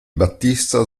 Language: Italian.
battista